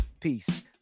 Peace